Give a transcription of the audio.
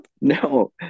no